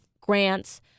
grants—